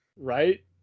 Right